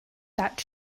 that